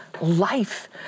life